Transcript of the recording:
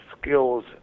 skills